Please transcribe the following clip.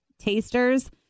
tasters